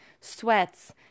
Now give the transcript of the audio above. sweats